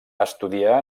estudià